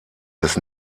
des